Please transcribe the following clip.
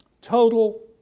Total